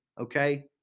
Okay